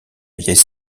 vieille